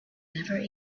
never